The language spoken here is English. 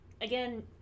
again